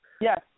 Yes